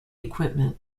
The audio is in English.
equipment